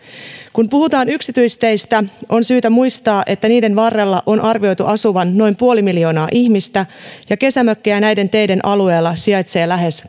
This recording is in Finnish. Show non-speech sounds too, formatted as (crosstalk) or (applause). kun puhutaan yksityisteistä on syytä muistaa että niiden varrella on arvioitu asuvan noin puoli miljoonaa ihmistä ja että kesämökkejä näiden teiden alueella sijaitsee lähes (unintelligible)